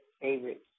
favorites